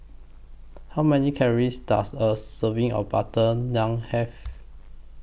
How Many Calories Does A Serving of Butter Naan Have